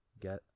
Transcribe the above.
get